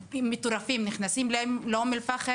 לאור ניסיון העבר להבין מה צריך לעשות,